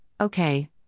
okay